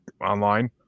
online